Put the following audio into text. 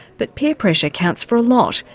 but peer pressure counts for a lot,